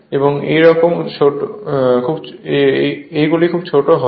এটি এই রকম খুব ছোট হবে